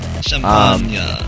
Champagne